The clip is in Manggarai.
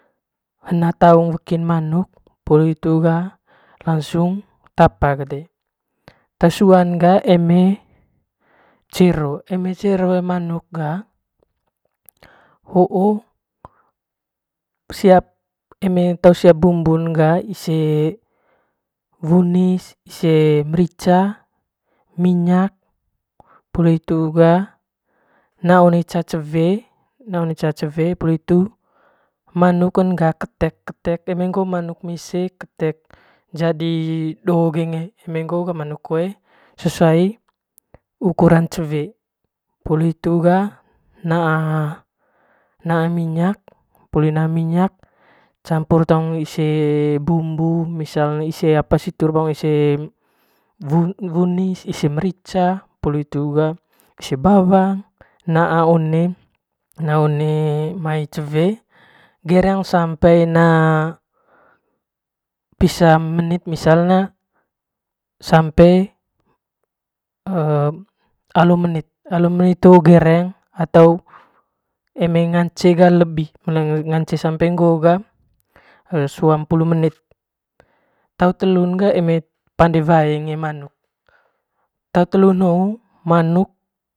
Hena taung wekin manuk poli hitu ga lansung tapa te suan ga eme cero eme cero le manuk ga hooeme tau siap bumbun ga ise wunis ise merica ise minyak poli hitu ga naa one ca cewe na one ca cewe poli hitu ga manuk ne ga ketek ketek eme ngoo manuk mese ketek jadi do gi ngai eme ngoo ga manuk koe sesuai ukuran cewe poli hitu ga naa minyak. poli hitu ga poli na minyak campur taung ise bumbu ise apa situ ise wunis ise merica poli hitu ga ise bawang poli hitu ga na one cewe gereng sampe na bisa menit pisa na sampe alo menit alo menit ho ga gereng atau eme ngance ga lebi eme sampe mngoo ga suam pulu menit te telun ga eme pande wae gi manuk te telun hoo manuk.